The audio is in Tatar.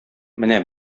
менә